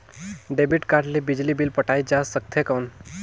Debit card ले बिजली bill पटाय जा सकथे कौन?